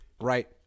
Right